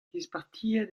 dispartiet